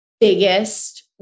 biggest